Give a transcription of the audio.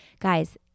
guys